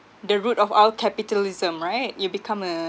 the root of all capitalism right you become a